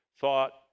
thought